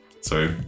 sorry